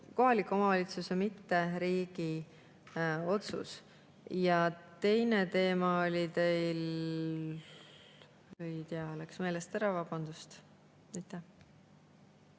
kohaliku omavalitsuse, mitte riigi otsus. Ja teine teema oli teil … Ei tea, läks meelest ära, vabandust!